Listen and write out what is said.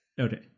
Okay